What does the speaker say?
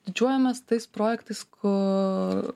didžiuojamės tais projektais kur